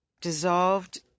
dissolved